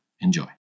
Enjoy